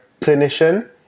clinician